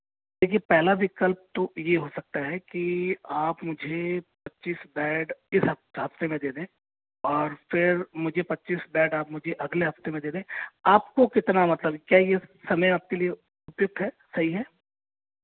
देखिए पहला विकल्प तो ये हो सकता है कि आप मुझे पच्चीस बैड इस हफ हफ्ते में दे दें और और फिर मुझे पच्चीस बैड आप मुझे अगले हफ़्ते में दे दें आप को कितना मतलब चाहिए समय आप के लिए उपयुक्त है सही है